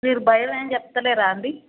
మీరు భయం ఏం చెప్పలేరా అండి